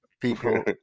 People